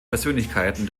persönlichkeiten